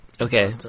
Okay